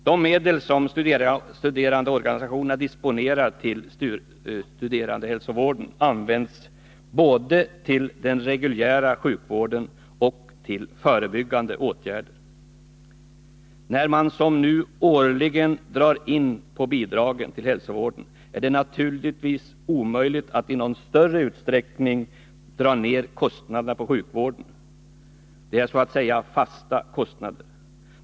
De medel som studerandeorganisationerna disponerar till studerandehälsovården används både till den reguljära sjukvården och till förebyggande åtgärder. När man som nu årligen drar in på bidragen till hälsovården är det naturligtvis omöjligt att i någon större utsträckning dra ned kostnaderna på sjukvården. Det är så att säga fasta kostnader.